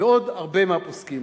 ועוד הרבה מהפוסקים.